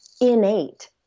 innate